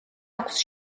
აქვს